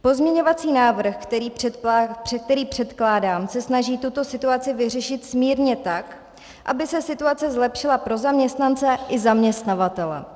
Pozměňovací návrh, který předkládám, se snaží tuto situaci vyřešit smírně tak, aby se situace zlepšila pro zaměstnance i zaměstnavatele.